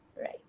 Right